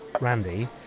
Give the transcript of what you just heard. Randy